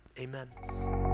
amen